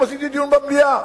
עשיתי דיון במליאה.